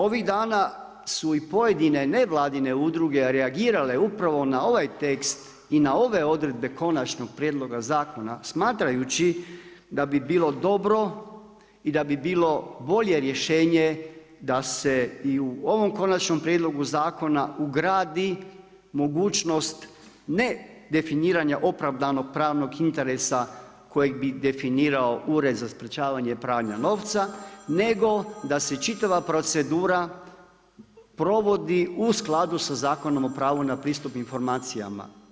Ovih dana su i pojedine nevladine udruge reagirale upravo na ovaj tekst i na ove odredbe konačnog prijedloga zakona, smatrajući da bi bilo dobro i da bi bilo bolje rješenje da se i u ovom konačnom prijedlogu zakona ugradi mogućnost ne definiranja opravdanog pravnog interesa kojeg bi definirao Ured za sprečavanje pranja novca, nego da se čitava procedura provodi u skladu sa Zakonom o pravu na pristup informacijama.